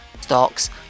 Stocks